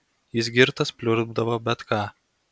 jis girtas pliurpdavo bet ką